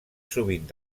sovint